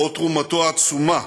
או תרומתו העצומה